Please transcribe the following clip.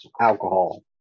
alcohol